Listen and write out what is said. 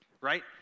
Right